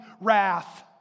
wrath